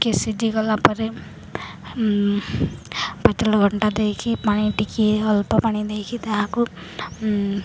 ଟିକେ ସିଝିଗଲା ପରେ ପାତଲ ଘଣ୍ଟା ଦେଇକି ପାଣି ଟିକିଏ ଅଳ୍ପ ପାଣି ଦେଇକି ତାହାକୁ